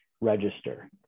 register